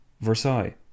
Versailles